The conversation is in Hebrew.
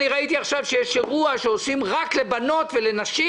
ראיתי עכשיו שיש אירוע שעושים רק לבנות ולנשים